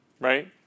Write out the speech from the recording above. right